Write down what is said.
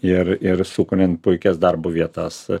ir ir sukuriant puikias darbo vietas